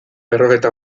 berrogeita